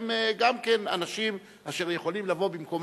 גם הם אנשים אשר יכולים לבוא במקום